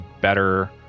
better